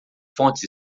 fontes